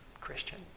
Christian